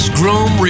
groom